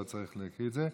לא צריך להקריא את זה.